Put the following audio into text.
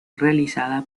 realizada